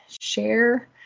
Share